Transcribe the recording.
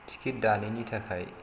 ticket दानैनि थाखाय